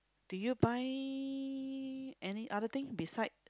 do you buy any other thing beside